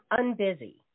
Unbusy